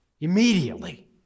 Immediately